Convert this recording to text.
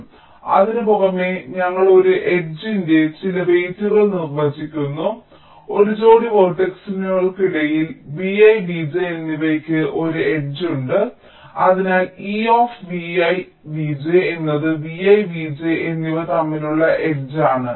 അതിനാൽ അതിനുപുറമേ ഞങ്ങൾ ഒരു എഡ്ജിന്റെ ചില വെയ്റ്റുകൾ നിർവചിക്കുന്നു ഒരു ജോടി വേർട്ടക്സുകൾക്കിടയിൽ vi vj എന്നിവയ്ക്ക് ഒരു എഡ്ജുണ്ട് അതിനാൽ ഈ e vi vj എന്നത് vi vj എന്നിവ തമ്മിലുള്ള എഡ്ജ് ആണ്